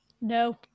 No